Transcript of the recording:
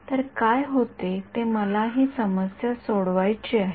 तर काय होते ते मला ही समस्या सोडवायची आहे